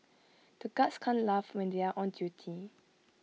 the guards can't laugh when they are on duty